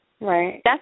Right